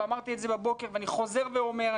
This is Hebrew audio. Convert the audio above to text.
ואמרתי את זה בבוקר ואני חוזר ואומר.